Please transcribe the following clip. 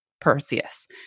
Perseus